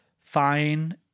fine